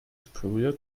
superior